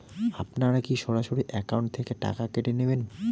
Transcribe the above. আপনারা কী সরাসরি একাউন্ট থেকে টাকা কেটে নেবেন?